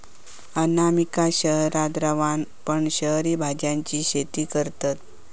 अनामिका शहरात रवान पण शहरी भाज्यांची शेती करता